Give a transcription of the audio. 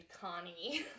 Connie